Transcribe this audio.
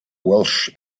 welsh